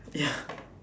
ya